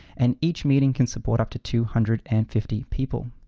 and each meeting can support up to two hundred and fifty people.